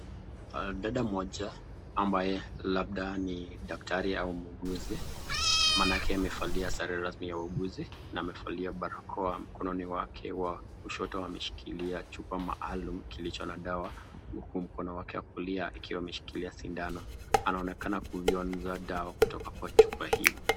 Dada mmoja ambaye labda ni daktari au muuguzi, maanake amevalia sare rasmi ya wauguzi, na amevalia barakoa. Mkononi wake wa kushoto ameshikilia chupa yake maalum kilicho na dawa, mkono wake wa kulia ukiwa umeshikilia sindano. Anaonekana kuvyonza dawa kutoka kwa chupa hii.